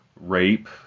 rape